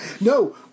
No